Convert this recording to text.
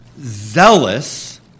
zealous